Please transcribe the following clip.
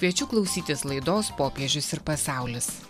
kviečiu klausytis laidos popiežius ir pasaulis